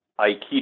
Aikido